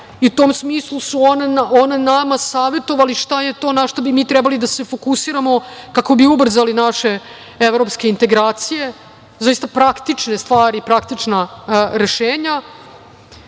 I u tom smislu su oni nama savetovali šta je to na šta bi mi trebali da se fokusiramo kako bi ubrzali naše evropske integracije, zaista, praktične stvari, praktična rešenja,